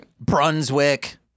Brunswick